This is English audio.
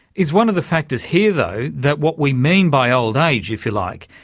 is one of the factors here though, that what we mean by old age, if you like,